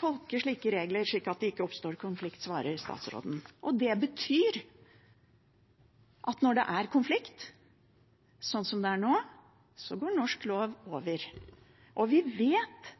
tolke slike regler slik at det ikke oppstår konflikt, svarer statsråden. Det betyr at når det er konflikt, sånn som det er nå, går norsk lov over. Vi vet